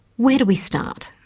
where do we start?